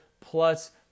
plus